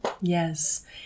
Yes